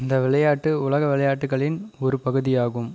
இந்த விளையாட்டு உலக விளையாட்டுகளின் ஒரு பகுதியாகும்